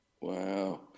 Wow